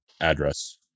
address